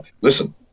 Listen